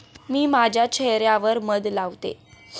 मी माझ्या चेह यावर मध लावते